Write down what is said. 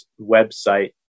website